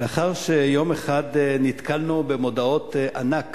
לאחר שיום אחד נתקלנו במודעות ענק